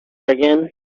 again